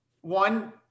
one